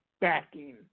backing